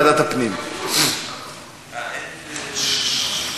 ואנא, לא נקל ראש,